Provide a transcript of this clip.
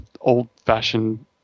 old-fashioned